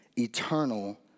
eternal